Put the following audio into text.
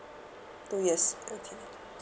two years okay